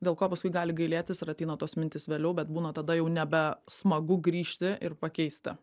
dėl ko paskui gali gailėtis ir ateina tos mintys vėliau bet būna tada jau nebe smagu grįžti ir pakeisti